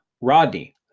Rodney